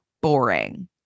boring